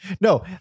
No